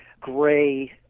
gray